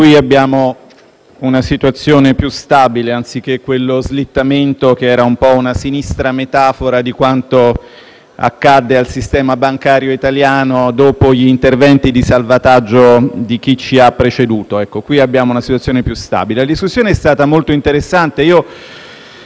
qui abbiamo una situazione più stabile, anziché quello slittamento che era un po' una sinistra metafora di quanto accadde al sistema bancario italiano dopo gli interventi di salvataggio di chi ci ha preceduto. Qui - ripeto - abbiamo una situazione più stabile. La discussione è stata molto interessante.